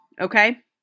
Okay